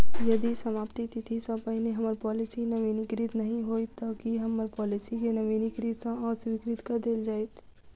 यदि समाप्ति तिथि सँ पहिने हम्मर पॉलिसी नवीनीकृत नहि होइत तऽ की हम्मर पॉलिसी केँ नवीनीकृत सँ अस्वीकृत कऽ देल जाइत?